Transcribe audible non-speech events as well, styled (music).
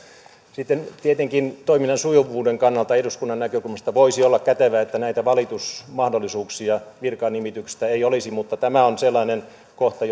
sitten tietenkin toiminnan sujuvuuden kannalta eduskunnan näkökulmasta voisi olla kätevää että näitä valitusmahdollisuuksia virkanimityksistä ei olisi mutta tämä on sellainen kohta (unintelligible)